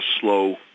slow